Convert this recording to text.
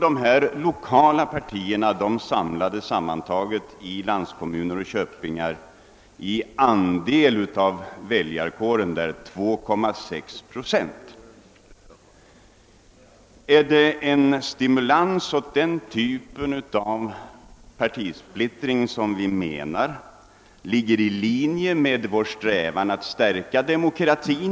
Dessa lokala partier samlade sammanlagt i andel av väljarkåren 2,6 procent. Ligger en stimulans till den typen av partisplittring i linje med vår strävan att stärka demokratin?